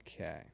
Okay